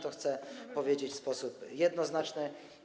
To chcę powiedzieć w sposób jednoznaczny.